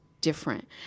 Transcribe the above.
different